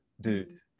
dude